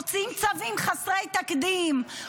מוציאים צווים חסרי תקדים,